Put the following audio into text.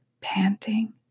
panting